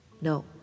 No